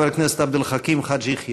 חבר הכנסת עבד אל חכים חאג' יחיא.